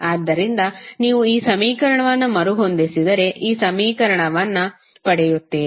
ಆದ್ದರಿಂದ ನೀವು ಈ ಸಮೀಕರಣವನ್ನು ಮರುಹೊಂದಿಸಿದರೆ ಈ ಸಮೀಕರಣವನ್ನು ಪಡೆಯುತ್ತೀರಿ